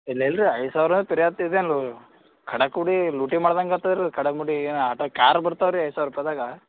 ಇಲ್ಲ ಇಲ್ಲ ರೀ ಐದು ಸಾವಿರ ಪಿರಿಯಾತು ಇದೇನು ಖಡಾಕೂಡಿ ಲೂಟಿ ಮಾಡ್ದಂಗೆ ಆಗ್ತದ್ ರೀ ಕಡಾಕೂಡಿ ಏನು ಆಟೋ ಕಾರ್ ಬರ್ತವೆ ರೀ ಐದು ಸಾವಿರ ರೂಪಾಯಿದಾಗ